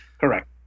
correct